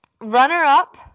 Runner-up